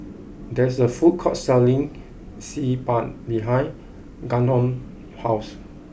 there is a food court selling Xi Ban behind Gannon house